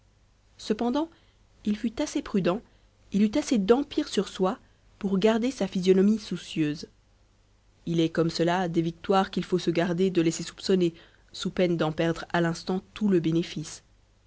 cependant il fut assez prudent il eut assez d'empire sur soi pour garder sa physionomie soucieuse il est comme cela des victoires qu'il faut se garder de laisser soupçonner sous peine d'en perdre à l'instant tout le bénéfice